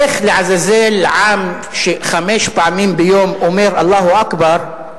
איך לעזאזל עם שחמש פעמים ביום אומר "אללהו אכבר",